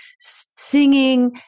singing